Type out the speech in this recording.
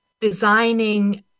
designing